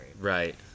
right